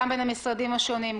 גם בין המשרדים השונים,